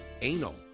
anal